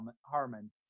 Harmon